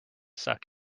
suck